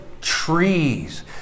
trees